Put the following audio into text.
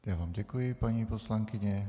Já vám děkuji, paní poslankyně.